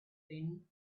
thin